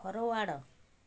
forward